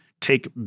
take